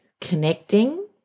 connecting